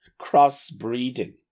crossbreeding